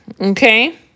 okay